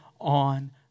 on